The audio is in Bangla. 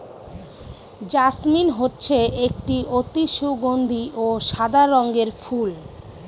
জাসমিন হচ্ছে একটি অতি সগন্ধি ও সাদা রঙের ফুল